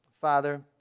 Father